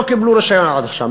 לא קיבלו רישיון עד עכשיו,